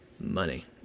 Money